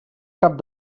cap